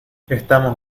estamos